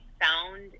found